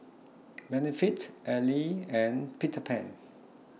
Benefit Elle and Peter Pan